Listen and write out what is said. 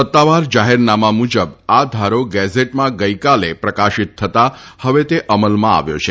સત્તાવાર જાહેરનામા મુજબ આ ધારો ગેઝેટમાં ગઈકાલે પ્રકાશિત થતા હવે તે અમલમાં આવ્યો છે